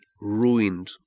ruined